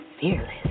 fearless